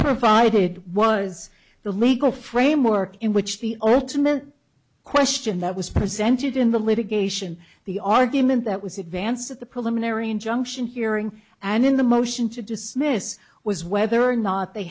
provided was the legal framework in which the ultimate question that was presented in the litigation the argument that was advanced at the preliminary injunction hearing and in the motion to dismiss was whether or not they